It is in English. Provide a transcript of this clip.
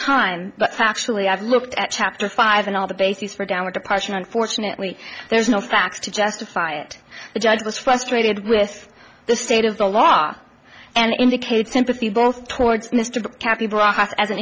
time let's actually i've looked at chapter five and all the bases for downward departure unfortunately there's no facts to justify it the judge was frustrated with the state of the law and indicated sympathy both towards mr